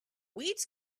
weeds